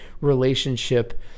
relationship